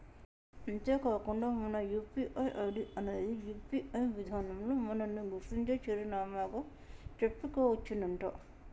అంతేకాకుండా మన UPI ID అనేది యూ.పీ.ఐ విధానంలో మనల్ని గుర్తించే చిరునామాగా చెప్పుకోవచ్చునంట